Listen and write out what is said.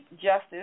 Justice